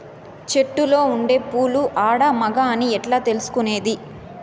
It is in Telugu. చెట్టులో ఉండే పూలు ఆడ, మగ అని ఎట్లా తెలుసుకునేది?